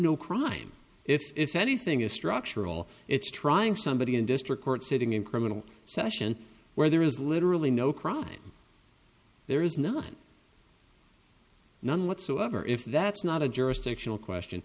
no crime if anything is structural it's trying somebody in district court sitting in criminal session where there is literally no crime there is not none whatsoever if that's not a jurisdictional question